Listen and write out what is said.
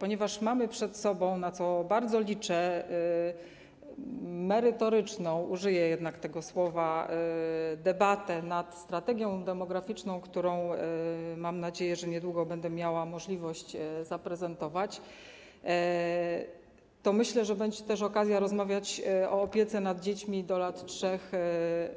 Ponieważ mamy przed sobą, na co bardzo liczę, merytoryczną, użyję jednak tego słowa, debatę nad strategią demograficzną, którą, mam nadzieję, niedługo będę miała możliwość zaprezentować, to myślę, że będzie też okazja porozmawiać o opiece nad dziećmi do lat 3